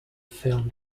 film